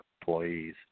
employees